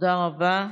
תודה רבה.